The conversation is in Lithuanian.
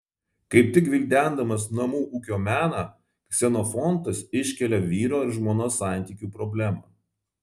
kaip tik gvildendamas namų ūkio meną ksenofontas iškelia vyro ir žmonos santykių problemą